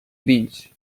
grills